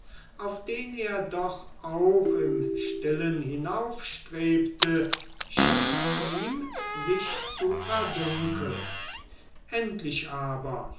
auf den er doch auch im stillen hinaufstrebte schien ihm sich zu verdunkeln endlich aber